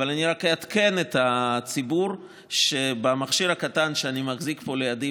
אבל אני רק אעדכן את הציבור שבמכשיר הקטן שאני מחזיק פה לידי,